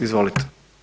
Izvolite.